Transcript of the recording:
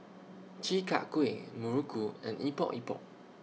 Chi Kak Kuih Muruku and Epok Epok